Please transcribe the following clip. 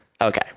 Okay